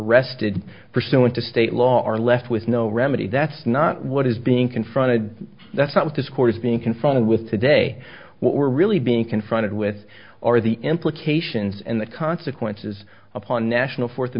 arrested pursuant to state law are left with no remedy that's not what is being confronted that's not what this court is being confronted with today what we're really being confronted with are the implications and the consequences upon national forth